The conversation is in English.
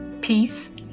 peace